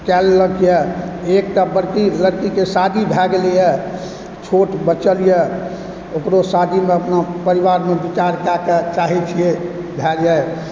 कए लेलकए एकटा बड़की बच्चीके शादी भए गेलैए छोट बचलए ओकरो शादी अपना परिवारमे विचार कए कऽ चाही छियै भए जाइ